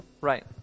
Right